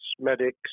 medics